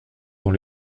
dans